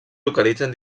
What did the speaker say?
localitzen